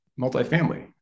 multifamily